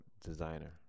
Designer